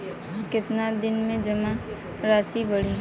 कितना दिन में जमा राशि बढ़ी?